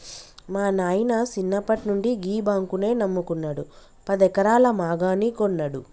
మా నాయిన సిన్నప్పట్నుండి గీ బాంకునే నమ్ముకున్నడు, పదెకరాల మాగాని గొన్నడు